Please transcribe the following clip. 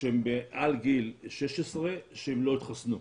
שהם מעל גיל 16 שלא התחסנו,